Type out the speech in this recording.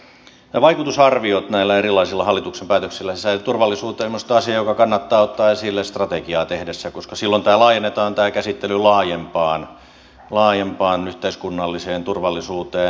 vaikutusarviot näillä erilaisilla hallituksen päätöksillä sisäiseen turvallisuuteen on mielestäni asia joka kannattaa ottaa esille strategiaa tehtäessä koska silloin tämä käsittely laajennetaan laajempaan yhteiskunnalliseen turvallisuuteen